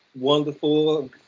Wonderful